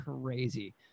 crazy